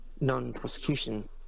non-prosecution